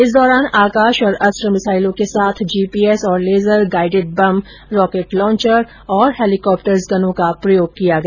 इस दौरान आकाश और अस्त्र मिंसाइलों के साथ जीपीएस तथा laser guided bomb rocket launcher और हेलीकॉप्टर्स गनों का प्रयोग किया गया